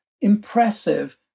impressive